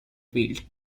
field